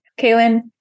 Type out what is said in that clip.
Kaylin